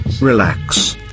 relax